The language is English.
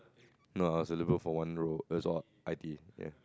no I was eligible for one row that's all I_T_E